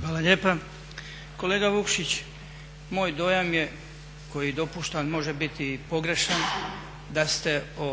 Hvala lijepa. Kolega Vukšić, moj dojam koji dopuštam može biti i pogrešan, da ste o